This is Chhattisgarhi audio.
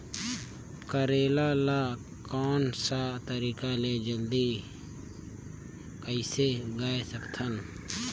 करेला ला कोन सा तरीका ले जल्दी कइसे उगाय सकथन?